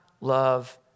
love